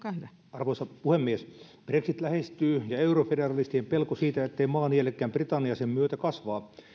arvoisa puhemies brexit lähestyy ja eurofederalistien pelko siitä ettei maa nielekään britanniaa sen myötä kasvaa